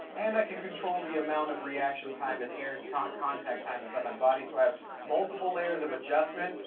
and i can control the amount of reaction time and air contact contact time inside my body so i have multiple layers of adjustment,